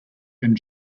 and